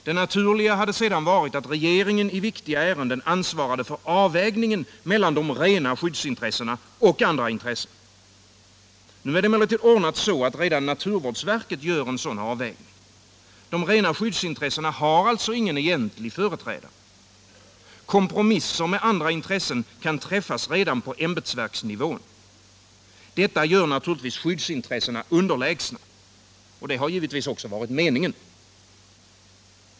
Det naturliga hade sedan varit att regeringen i viktiga ärenden ansvarade för avvägningen mellan de rena skyddsintressena och andra intressen. Nu är det emellertid ordnat så att redan naturvårdsverket gör en sådan avvägning. De rena skyddsintressena har alltså ingen egentlig företrädare. Kompromisser med andra intressen kan träffas redan på ämbetsverksnivå. Detta gör skyddsintressena underlägsna — och det har givetvis även varit meningen.